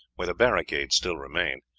where the barricade still remained,